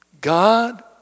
God